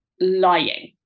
lying